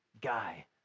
guy